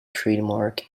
trademark